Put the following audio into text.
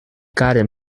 gotten